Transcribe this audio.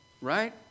Right